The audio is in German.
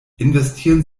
investieren